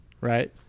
right